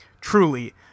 truly